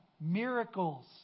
miracles